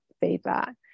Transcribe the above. feedback